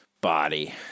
body